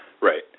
Right